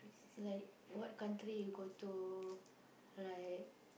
like what country you go to like